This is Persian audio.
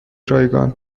رایگان